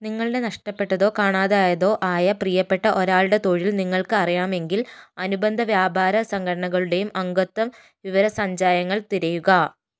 നിങ്ങളുടെ നഷ്ടപ്പെട്ടതോ കാണാതായതോ ആയ പ്രിയപ്പെട്ട ഒരാളുടെ തൊഴിൽ നിങ്ങൾക്ക് അറിയണമെങ്കിൽ അനുബന്ധ വ്യാപാര സംഘടനകളുടെയും അംഗത്വം വിവരസഞ്ചായങ്ങള് തിരയുക